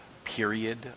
period